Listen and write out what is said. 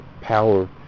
power